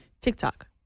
TikTok